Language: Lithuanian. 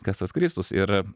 kas tas kristus ir